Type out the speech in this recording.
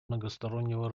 многостороннего